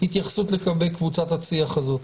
התייחסות לגבי קבוצת הצי"ח הזו.